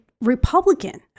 Republican